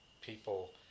people